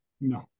No